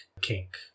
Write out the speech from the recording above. kink